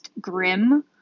grim